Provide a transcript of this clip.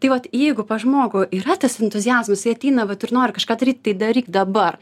tai vat jeigu pas žmogų yra tas entuziazmas jisai ateina vat ir nori kažką daryt tai daryk dabar